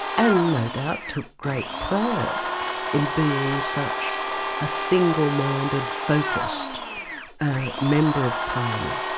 and no doubt took great pride in being such a single-minded, focused member of parliament.